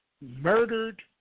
murdered